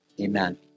Amen